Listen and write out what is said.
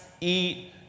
eat